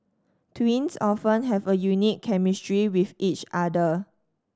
twins often have a unique chemistry with each other